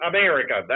America